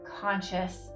conscious